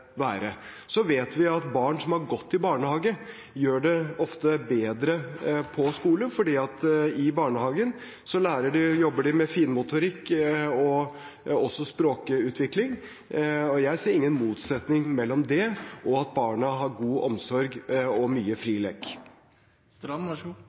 være. Så vet vi at barn som har gått i barnehage, ofte gjør det bedre på skolen, for i barnehagen jobber de med finmotorikk og språkutvikling, og jeg ser ingen motsetning mellom det og at barna har god omsorg og mye